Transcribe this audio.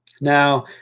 Now